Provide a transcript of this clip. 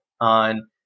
on